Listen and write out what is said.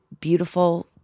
beautiful